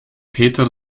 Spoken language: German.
peter